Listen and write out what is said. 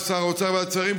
על שר האוצר וועדת שרים,